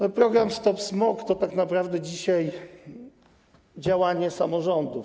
Ten program „Stop smog” to tak naprawdę dzisiaj działanie samorządów.